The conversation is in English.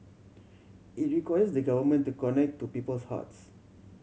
it requires the Government to connect to people's hearts